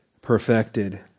perfected